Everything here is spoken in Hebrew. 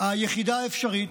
היחידה אפשרית?